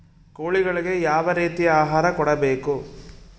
ಕೋಳಿಗಳಿಗೆ ಯಾವ ರೇತಿಯ ಆಹಾರ ಕೊಡಬೇಕು?